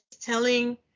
telling